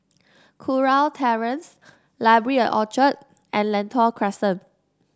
Kurau Terrace Library at Orchard and Lentor Crescent